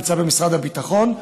נמצא במשרד הביטחון,